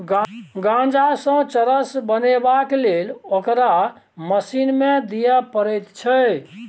गांजासँ चरस बनेबाक लेल ओकरा मशीन मे दिए पड़ैत छै